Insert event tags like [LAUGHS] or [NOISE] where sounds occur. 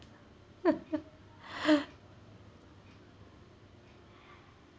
[LAUGHS]